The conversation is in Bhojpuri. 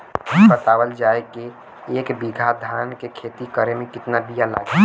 इ बतावल जाए के एक बिघा धान के खेती करेमे कितना बिया लागि?